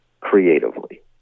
creatively